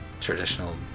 traditional